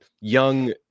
young